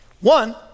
One